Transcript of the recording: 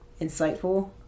insightful